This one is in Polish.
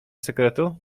sekretu